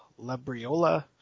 Labriola